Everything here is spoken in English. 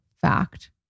fact